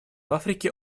африке